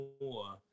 more